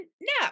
No